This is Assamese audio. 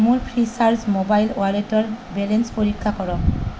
মোৰ ফ্ৰীচাৰ্জ ম'বাইল ৱালেটৰ বেলেঞ্চ পৰীক্ষা কৰক